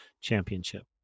Championship